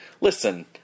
listen